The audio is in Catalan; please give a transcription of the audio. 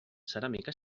ceràmica